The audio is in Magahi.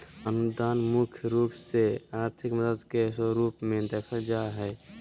अनुदान मुख्य रूप से आर्थिक मदद के स्वरूप मे देखल जा हय